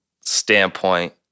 standpoint